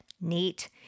Neat